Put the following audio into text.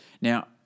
Now